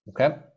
okay